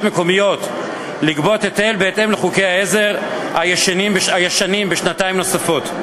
מקומיות לגבות היטל בהתאם לחוקי העזר הישנים בשנתיים נוספות.